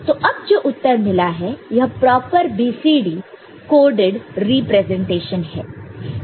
तो अब जो उत्तर मिला है यह प्रॉपर BCD कोडड रिप्रेजेंटेशन है